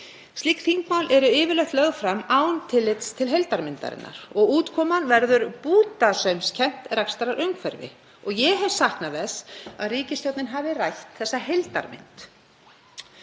hér inni — eru yfirleitt lögð fram án tillits til heildarmyndarinnar og útkoman verður bútasaumskennt rekstrarumhverfi. Ég hef saknað þess að ríkisstjórnin hafi rætt þessa heildarmynd.